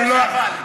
יש אבל.